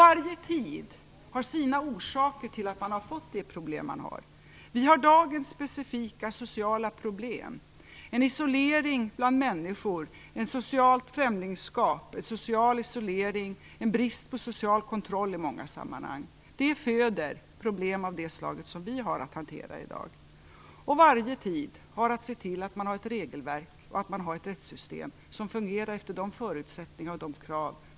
Varje tid har sina orsaker till att man har fått de problem man har. Vi har dagens specifika sociala problem - en isolering bland människor, ett socialt främlingsskap, en social isolering, en brist på social kontroll i många sammanhang. Det föder problem av det slag som vi har att hantera i dag. Varje tid har att se till att man har ett regelverk och ett rättssystem som fungerar efter den tidens förutsättningar och krav.